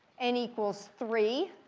n equals three.